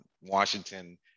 Washington